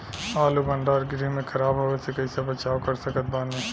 आलू भंडार गृह में खराब होवे से कइसे बचाव कर सकत बानी?